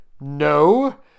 No